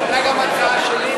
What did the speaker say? הייתה גם הצעה שלי,